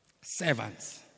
Servants